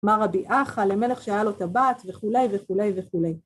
אמר רבי אחא, למלך שהיה לו טבעת, וכולי וכולי וכולי.